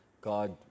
God